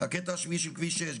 הקטע השני של כביש 6,